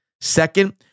Second